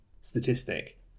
statistic